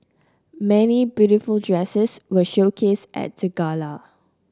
many beautiful dresses were showcased at the gala